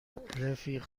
رفیق